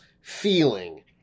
feeling